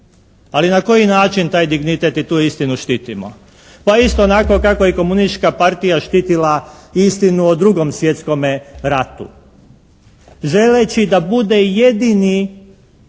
Ali na koji način taj dignitet i tu istinu štitimo? Pa isto onako kako je i Komunistička partija štitila istinu o drugom svjetskom ratu, želeći da bude jedini